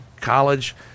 college